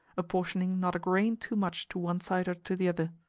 apportioning not a grain too much to one side or to the other.